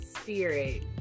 spirit